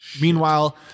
meanwhile